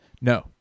No